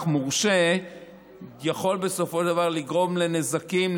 מורשה יכול בסופו של דבר לגרום לנזקים,